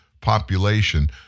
population